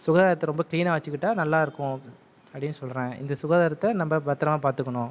சுகாதாரத்தை ரொம்ப கிளீனாக வச்சுக்கிட்டால் நல்லாயிருக்கும் அப்படின்னு சொல்கிறாங்க இந்த சுகாதாரத்தை நம்ம பத்திரமா பார்த்துக்குணும்